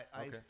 Okay